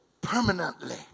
permanently